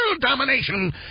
domination